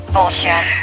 Bullshit